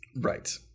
Right